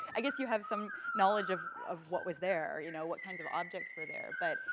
i guess you have some knowledge of of what was there, you know, what kind of objects were there, but,